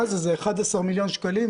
מה זה, זה 11 מיליון שקלים?